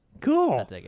cool